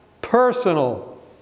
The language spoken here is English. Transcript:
Personal